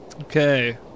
Okay